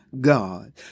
God